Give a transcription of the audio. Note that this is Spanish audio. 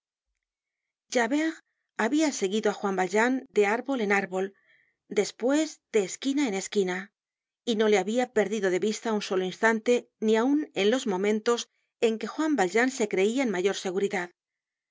at javert habia seguido á juan valjean de árbol en árbol despues de esquina en esquina y no le habia perdido de vista un solo instante ni aun en los momentos en que juan valjean se creia en mayor seguridad